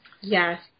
Yes